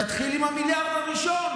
תתחיל עם המיליארד הראשון.